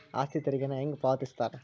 ಆಸ್ತಿ ತೆರಿಗೆನ ಹೆಂಗ ಪಾವತಿಸ್ತಾರಾ